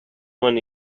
when